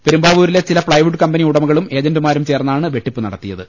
പെരുമ്പാവൂരിലെ ചില plywood company ഉടമകളും ഏജന്റുമാരും ചേർന്നാണ് വെട്ടിപ്പ് നടത്തിയത്